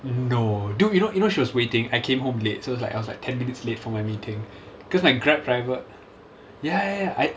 no dude you know you know she was waiting I came home late so it's like I was like ten minutes late for my meeting because my Grab driver ya ya ya I